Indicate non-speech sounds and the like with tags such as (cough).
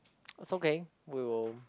(noise) it's okay we'll